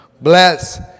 Bless